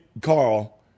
Carl